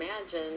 imagine